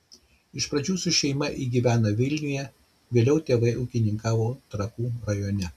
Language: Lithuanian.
iš pradžių su šeima ji gyveno vilniuje vėliau tėvai ūkininkavo trakų rajone